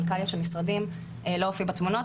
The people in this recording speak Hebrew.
מנכ"ליות של משרדים לא הופיעו בתמונות,